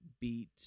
beat